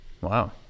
Wow